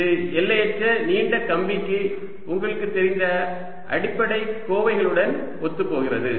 இது எல்லையற்ற நீண்ட கம்பிக்கு உங்களுக்கு தெரிந்த அடிப்படை கோவைகளுடன் ஒத்துப் போகிறது